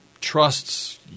trusts